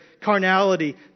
carnality